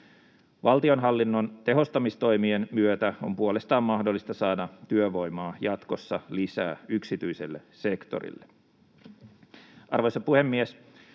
Valtionhallinnon tehostamistoimien myötä on puolestaan mahdollista saada työvoimaa jatkossa lisää yksityiselle sektorille. Arvoisa puhemies!